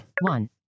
One